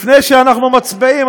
לפני שאנחנו מצביעים,